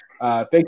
Thank